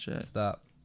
stop